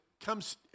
comes